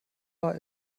war